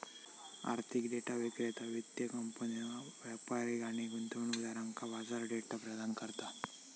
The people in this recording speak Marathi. आर्थिक डेटा विक्रेता वित्तीय कंपन्यो, व्यापारी आणि गुंतवणूकदारांका बाजार डेटा प्रदान करता